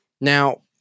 Now